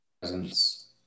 Presence